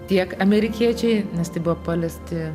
tiek amerikiečiai nes tai buvo paliesti